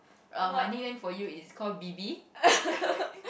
err my nickname for you is called B_B